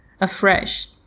afresh